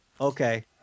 Okay